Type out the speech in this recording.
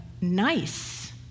nice